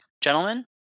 gentlemen